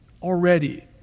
already